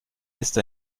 ist